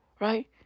right